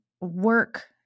work